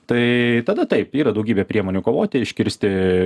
tai tada taip yra daugybė priemonių kovoti iškirsti